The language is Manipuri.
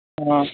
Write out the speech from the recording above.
ꯑ